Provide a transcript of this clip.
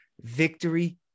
victory